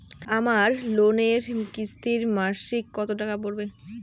আমার লোনের কিস্তি মাসিক কত টাকা পড়বে?